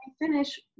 Finish